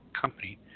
company